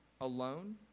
alone